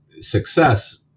success